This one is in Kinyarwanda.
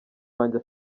wanjye